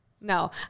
No